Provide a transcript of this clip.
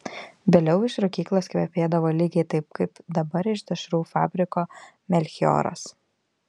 vėliau iš rūkyklos kvepėdavo lygiai taip kaip dabar iš dešrų fabriko melchioras